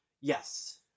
Yes